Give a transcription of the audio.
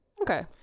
Okay